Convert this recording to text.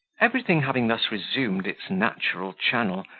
everything having thus resumed its natural channel,